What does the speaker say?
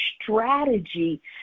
strategy